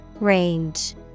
Range